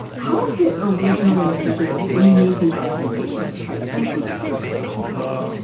how is it originally envisioned when you made these recommendations of how to implement social distancing?